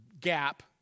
gap